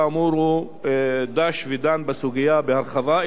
וכאמור הוא דש ודן בסוגיה בהרחבה,